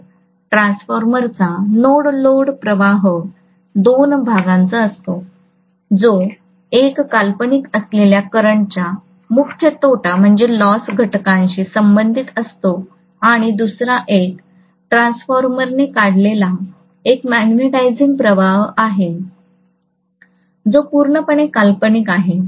तर ट्रान्सफॉर्मरचा no load प्रवाह दोन भागांचा असतो जो एक काल्पनिक असलेल्या करंटच्या मुख्य तोटा घटकाशी संबंधित असतो आणि दुसरा एक ट्रान्सफॉर्मरने काढलेला एक मॅग्नेटिझिंग प्रवाह आहे जो पूर्णपणे काल्पनिक आहे